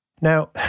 Now